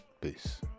peace